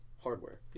hardware